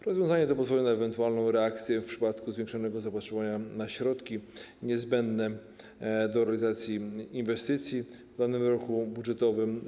Rozwiązanie to pozwoli na ewentualną reakcję w przypadku zwiększonego zapotrzebowania na środki niezbędne do realizacji inwestycji w danym roku budżetowym.